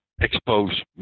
expose